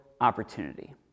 opportunity